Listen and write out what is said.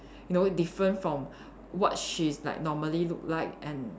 you know different from what she's like normally look like and